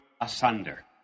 asunder